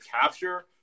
capture